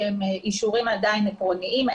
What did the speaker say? שהם עדיין אישורים עקרוניים,